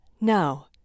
Now